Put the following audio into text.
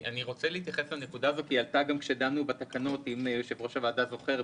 זה יותר בתקנות הכניסה והיציאה.